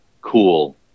cool